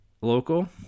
local